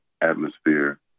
atmosphere